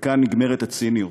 וכאן נגמרת הציניות.